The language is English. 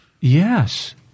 yes